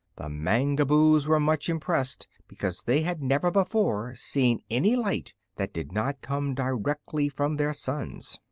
the mangaboos were much impressed because they had never before seen any light that did not come directly from their suns.